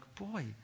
boy